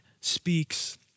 speaks